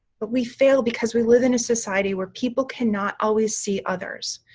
but we fail because we live in a society where people cannot always see others,